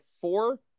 four